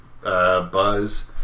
buzz